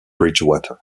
bridgewater